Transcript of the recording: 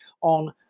on